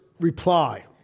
reply